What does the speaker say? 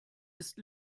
ist